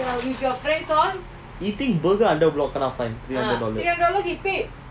eating burger under block kena fined three hundred dollar